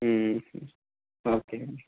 okay